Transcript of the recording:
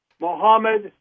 Mohammed